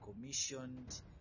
commissioned